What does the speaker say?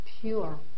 pure